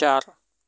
ચાર